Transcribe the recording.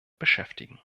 beschäftigen